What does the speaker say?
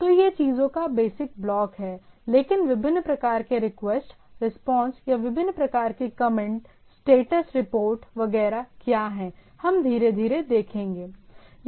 तो यह चीजों का बेसिक ब्लॉक हैलेकिन विभिन्न प्रकार के रिक्वेस्ट रिस्पांस या विभिन्न प्रकार की कमेंट स्टेटस रिपोर्ट वगैरह क्या हैं हम धीरे धीरे देखेंगे